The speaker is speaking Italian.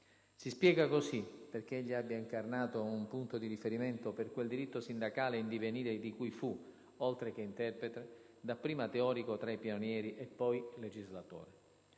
Si spiega così perché egli abbia incarnato un punto di riferimento per quel diritto sindacale in divenire di cui fu, oltre che interprete, dapprima teorico tra i pionieri e poi legislatore.